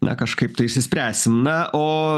na kažkaip tai išsispręsim na o